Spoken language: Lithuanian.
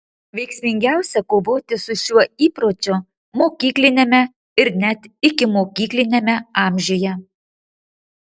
veiksmingiausia kovoti su šiuo įpročiu mokykliniame ir net ikimokykliniame amžiuje